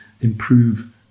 improve